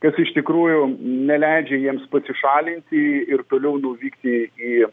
kas iš tikrųjų neleidžia jiems pasišalinti ir toliau nuvykti į